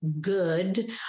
good